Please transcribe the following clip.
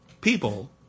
people